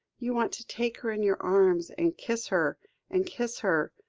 you want to take her in your arms, and kiss her and kiss her